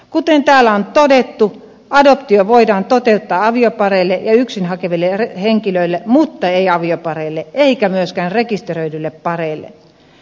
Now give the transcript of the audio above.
kuten täällä on todettu adoptio voidaan toteuttaa aviopareille ja yksin hakeville henkilöille mutta ei avopareille eikä myöskään rekisteröidyille pareille